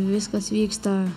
viskas vyksta